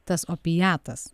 tas opiatas